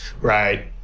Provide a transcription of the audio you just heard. right